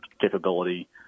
capability